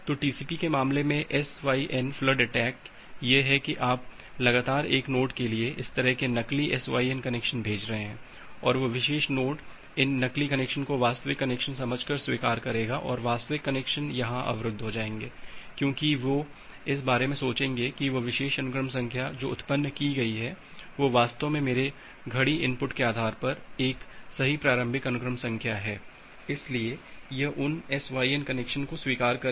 तो टीसीपी के मामले में एसवाईएन फ्लड अटैक यह है कि आप लगातार एक नोड के लिए इस तरह के नकली SYN कनेक्शन भेज रहे हैं और वह विशेष नोड इन नकली कनेक्शन को वास्तविक कनेक्शन समझ कर के स्वीकार करेगा और वास्तविक कनेक्शन यहां अवरुद्ध हो जाएंगे क्योंकि वे इस बारे में सोचेंगे कि वह विशेष अनुक्रम संख्या जो उत्पन्न की गई है वह वास्तव में मेरे घड़ी इनपुट के आधार पर एक सही प्रारंभिक अनुक्रम संख्या है इसलिए यह उन एसवाईएन कनेक्शन को स्वीकार करेगा